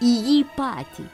į jį patį